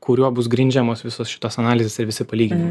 kuriuo bus grindžiamos visos šitos analizės ir visi palyginimai